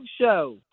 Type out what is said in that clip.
show